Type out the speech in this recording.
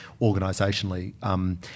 organisationally